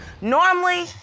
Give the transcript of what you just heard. Normally